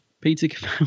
Peter